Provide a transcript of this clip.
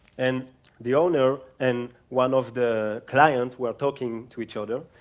and the owner and one of the clients were talking to each other,